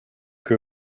que